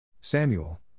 Samuel